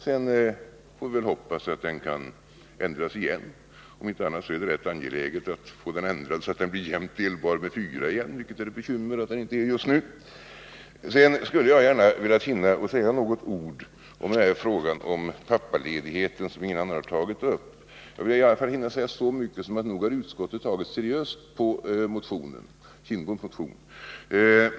Sedan får vi väl hoppas att siffran kan ändras igen. Om inte annat så är det rätt angeläget att få den ändrad så att den blir jämt delbar med 4 igen; det är ett bekymmer att den inte är det just nu. Sedan skulle jag gärna vilja säga några ord i frågan om pappaledigheten, som ingen har tagit upp. Jag vill i varje fall hinna säga så mycket att nog har utskottet tagit seriöst på motionen.